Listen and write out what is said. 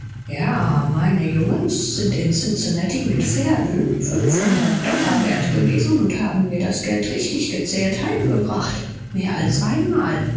meine burschen sind bis nach cincinnati gegangen mit füllen fünfhundert dollar werth und haben mir das geld alles richtig heimgebracht mehr als einmal